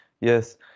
Yes